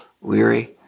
weary